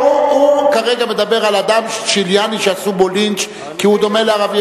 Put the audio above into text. הוא כרגע מדבר על אדם צ'יליאני שעשו בו לינץ' כי